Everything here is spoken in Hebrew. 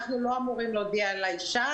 אנחנו לא אמורים להודיע לאישה,